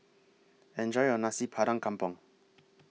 Enjoy your Nasi Kampung